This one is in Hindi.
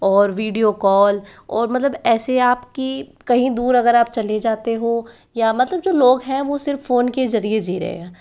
और वीडियो कॉल और मतलब ऐसे आपकी कहीं दूर अगर आप चले जाते हो या मतलब जो लोग हैं वो सिर्फ फोन के जरिए जी रहे हैं